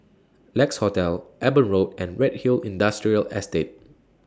Lex Hotel Eben Road and Redhill Industrial Estate